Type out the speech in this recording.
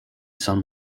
son